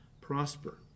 prosper